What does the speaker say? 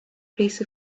piece